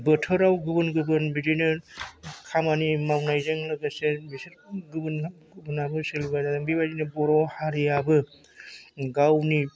बोथोराव गुबुन गुबुन बिदिनो खामानि मावनायजों लोगोसे बिसोर गुबुन ना गुबुनाबो सोलिबोदों बेबायदिनो हारियाबो गावनि